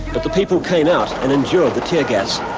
but the people came out and endured the tear gas,